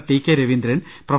T K Raveendran prof